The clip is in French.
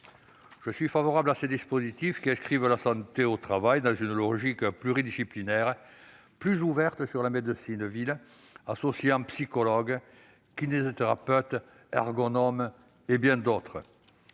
Je suis favorable à ces dispositifs, qui inscrivent la santé au travail dans une logique pluridisciplinaire plus ouverte sur la médecine de ville, associant les psychologues, les kinésithérapeutes, les ergonomes et bien d'autres